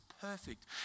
perfect